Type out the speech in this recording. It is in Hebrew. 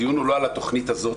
הדיון הוא לא על התכנית הזאת,